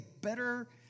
better